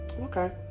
Okay